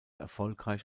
erfolgreich